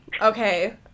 Okay